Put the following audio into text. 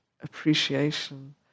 appreciation